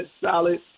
solid